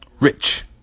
rich